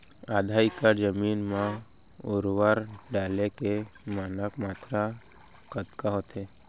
आधा एकड़ जमीन मा उर्वरक डाले के मानक मात्रा कतका होथे?